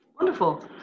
Wonderful